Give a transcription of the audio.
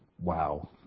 wow